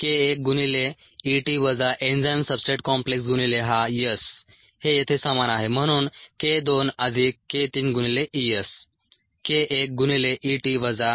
k 1 गुणिले E t वजा enzyme substrate complex गुणिले हा S हे येथे समान आहे म्हणून k 2 अधिक k 3 गुणिले E S